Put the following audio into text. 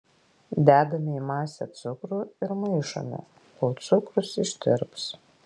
dedame į masę cukrų ir maišome kol cukrus ištirps